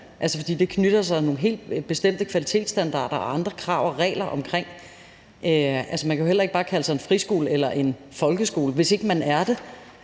det, fordi der knytter sig nogle helt bestemte kvalitetsstandarder og andre krav og regler til en børnehave. Man kan jo heller ikke bare kalde sig en friskole eller en folkeskole, hvis ikke man er det,